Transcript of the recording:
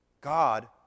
God